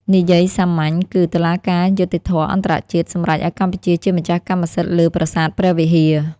និយាយសាមញ្ញគឺ តុលាការយុត្តិធម៌អន្តរជាតិ សម្រេចឱ្យកម្ពុជាជាម្ចាស់កម្មសិទ្ធិលើប្រាសាទព្រះវិហារ។